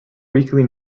weekly